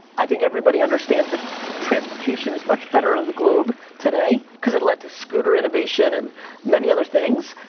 i think everybody understands that transportation is much better in the globe today because it led to scooter innovation, and many other things.